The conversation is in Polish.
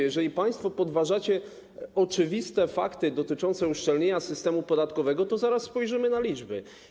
Jeżeli państwo podważacie oczywiste fakty dotyczące uszczelnienia systemu podatkowego, to spójrzmy na liczby.